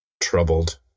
troubled